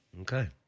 Okay